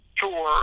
tour